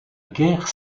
guerre